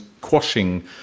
quashing